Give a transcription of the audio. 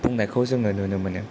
बुंनायखौ जोङो नुनो मोनो